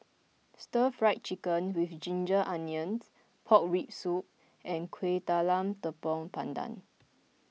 Stir Fried Chicken with Ginger Onions Pork Rib Soup and Kueh Talam Tepong Pandan